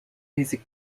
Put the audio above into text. music